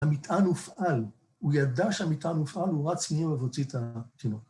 ‫המטען הופעל, הוא ידע שהמטען הופעל, ‫הוא רץ מולו והוציא את השינות.